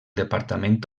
departament